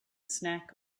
snack